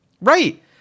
Right